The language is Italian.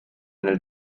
nel